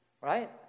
Right